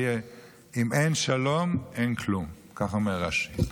אם אין שלום, אין כלום, כך אומר רש"י.